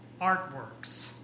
artworks